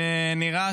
שנראה